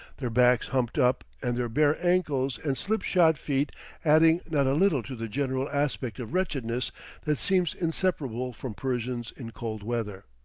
their backs humped up and their bare ankles and slip-shod feet adding not a little to the general aspect of wretchedness that seems inseparable from persians in cold weather.